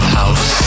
house